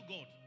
God